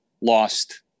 lost